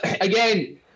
again